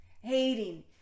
hating